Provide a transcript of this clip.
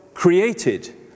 created